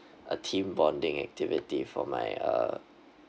a team bonding activity for my uh